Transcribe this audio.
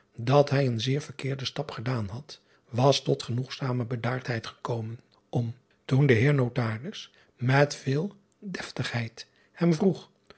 dat hij een zeer verkeerden stap gedaan had was tot genoegzame bedaardheid gekomen om toen de eer otaris met veel destigheid hem vroeg